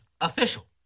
Official